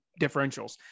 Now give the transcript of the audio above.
differentials